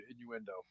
innuendo